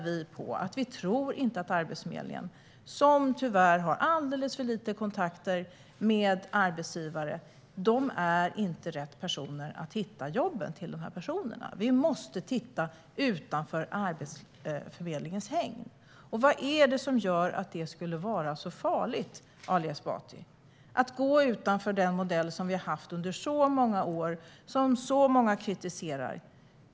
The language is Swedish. Vi tror inte att Arbetsförmedlingen, som tyvärr har alldeles för lite kontakter med arbetsgivare, är rätt för att hitta jobben till de här personerna. Vi måste titta utanför Arbetsförmedlingens hägn. Vad är det som gör att det skulle vara så farligt, Ali Esbati, att gå utanför den modell som vi har haft under många år och som många kritiserar?